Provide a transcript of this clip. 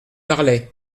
marleix